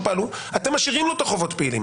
פעלו אתם משאירים לו את החובות פעילים.